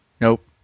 Nope